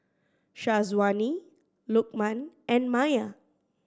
Syazwani Lukman and Maya